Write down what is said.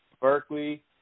Berkeley